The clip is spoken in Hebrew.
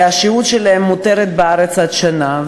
והשהות בארץ שלהם מותרת עד שנה.